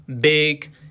Big